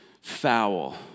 foul